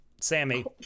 sammy